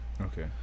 okay